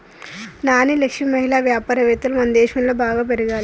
నాని లక్ష్మి మహిళా వ్యాపారవేత్తలు మనదేశంలో బాగా పెరగాలి